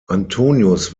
antonius